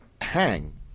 hang